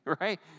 Right